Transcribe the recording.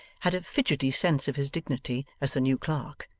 had a fidgety sense of his dignity as the new clerk,